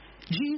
Jesus